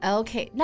okay